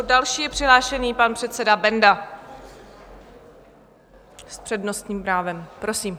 Další je přihlášený pan předseda Benda s přednostním právem, prosím.